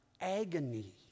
agony